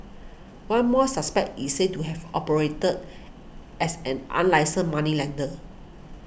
one more suspect is said to have operated as an unlicensed moneylender